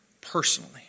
personally